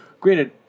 granted